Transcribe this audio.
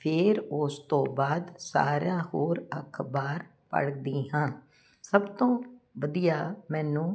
ਫਿਰ ਉਸ ਤੋਂ ਬਾਅਦ ਸਾਰਿਆਂ ਹੋਰ ਅਖਬਾਰ ਪੜਦੀ ਹਾਂ ਸਭ ਤੋਂ ਵਧੀਆ ਮੈਨੂੰ